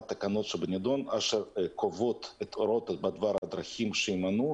התקנות שבנדון אשר קובעות את ההוראות בדבר הדרכים שימנעו,